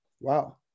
wow